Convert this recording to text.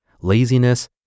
laziness